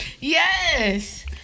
Yes